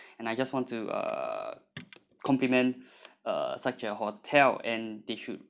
and I just want to uh compliments uh such a hotel and they should